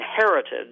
inherited